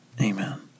Amen